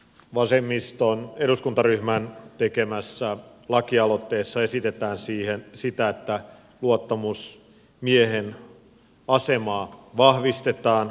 vasemmiston eduskuntaryhmän tekemässä lakialoitteessa esitetään sitä että luottamusmiehen asemaa vahvistetaan